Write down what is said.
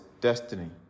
destiny